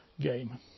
game